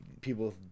people